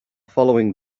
following